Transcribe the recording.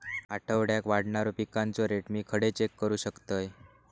आठवड्याक वाढणारो पिकांचो रेट मी खडे चेक करू शकतय?